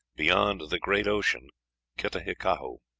beyond the great ocean kitahikau.